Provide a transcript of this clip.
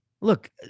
Look